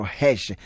hash